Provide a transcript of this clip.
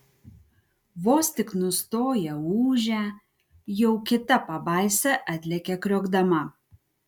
vos tik nustoja ūžę jau kita pabaisa atlekia kriokdama